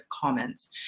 comments